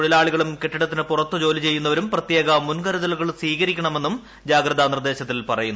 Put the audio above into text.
തൊഴിലാളികളും കെട്ടിടത്തിന് പുറത്ത് ജോലി ചെയ്യുന്നവരും പ്രത്യേക മുൻകരുതലുകൾ സ്വീകരിക്കണമെന്നും ജാഗ്രതാ നിർദ്ദേശത്തിൽ പറയുന്നു